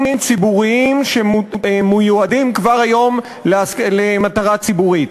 ציבוריים שמיועדים כבר היום למטרה ציבורית.